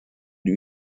new